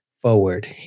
forward